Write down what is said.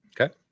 Okay